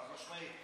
חד-משמעית.